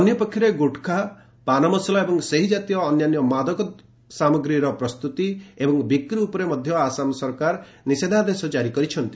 ଅନ୍ୟପକ୍ଷରେ ଗୁଟ୍ଖା ପାନମସଲା ଏବଂ ସେହି ଜାତୀୟ ଅନ୍ୟାନ୍ୟ ସାମଗ୍ରୀର ପ୍ରସ୍ତୁତି ଏବଂ ବିକ୍ରି ଉପରେ ମଧ୍ୟ ଆସାମ ସରକାର ନିଷିଦ୍ଧାଦେଶ ଜାରି କରିଛନ୍ତି